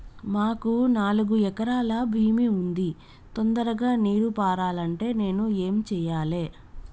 మాకు నాలుగు ఎకరాల భూమి ఉంది, తొందరగా నీరు పారాలంటే నేను ఏం చెయ్యాలే?